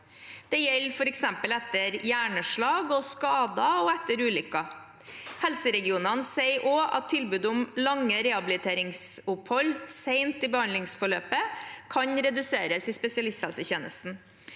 Det gjelder f.eks. etter hjerneslag, skader og ulykker. Helseregionene sier også at tilbud om lange rehabiliteringsopphold sent i behandlingsforløpet kan reduseres i spesialisthelsetjenesten.